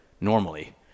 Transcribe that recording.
normally